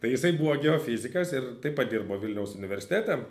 tai jisai buvo geofizikas ir taip pat dirbo vilniaus universitete